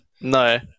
No